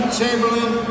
Chamberlain